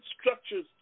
structures